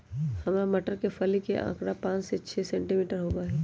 हरा मटर के फली के आकार पाँच से छे सेंटीमीटर होबा हई